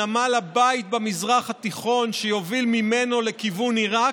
נמל הבית במזרח התיכון שיובילו ממנו לכיוון עיראק.